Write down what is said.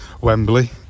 Wembley